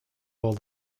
all